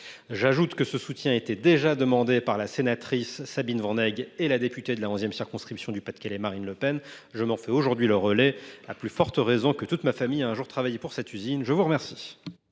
J’ajoute que ce soutien a déjà été demandé par la sénatrice Van Heghe et par la députée de la 11 circonscription du Pas de Calais, Marine Le Pen. Je m’en fais aujourd’hui le relais, à plus forte raison que toute ma famille a, un jour, travaillé pour cette usine ! Quel